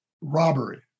robbery